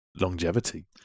longevity